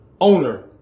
owner